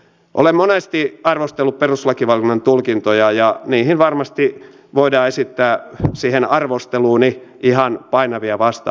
olen monesti arvostellut perustuslakivaliokunnan tulkintoja ja varmasti voidaan esittää siihen arvosteluuni ihan painavia vasta argumentteja